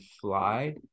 fly